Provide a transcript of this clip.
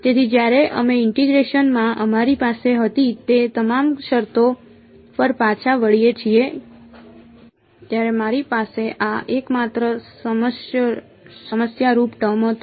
તેથી જ્યારે અમે ઇન્ટીગ્રેશન માં અમારી પાસે હતી તે તમામ શરતો પર પાછા વળીએ છીએ જ્યારે મારી પાસે આ એકમાત્ર સમસ્યારૂપ ટર્મ હતો